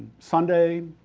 sunday,